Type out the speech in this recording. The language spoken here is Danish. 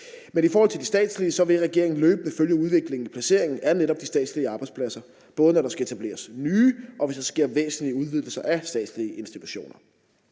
Men i forhold til de statslige arbejdspladser vil regeringen løbende følge udviklingen i placeringen af netop de statslige arbejdspladser, både når der skal etableres nye, og hvis der sker væsentlige udvidelser af statslige institutioner.